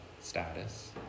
Status